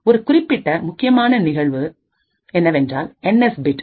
ஒரு குறிப்பிட்ட முக்கியமான நிகழ்வு என்னவென்றால் என் எஸ் பிட்